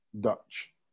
Dutch